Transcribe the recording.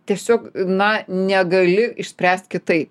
tiesiog na negali išspręst kitaip